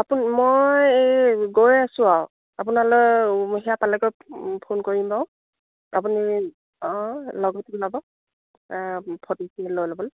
আপুনি মই এই গৈ আছোঁ আৰু আপোনালৈ সেয়াত পালেগৈ ফোন কৰিম বাৰু আপুনি অঁ লগত ওলাব ফটোখিনি লৈ ল'বলৈ